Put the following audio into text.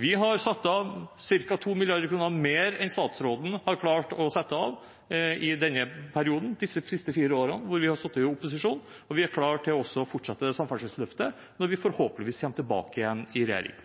Vi har satt av ca. 2 mrd. kr mer enn statsråden har klart å sette av i denne perioden – disse siste fire årene hvor vi har sittet i opposisjon – og vi er klare til å fortsette det samferdselsløftet når vi forhåpentligvis kommer tilbake igjen i regjering.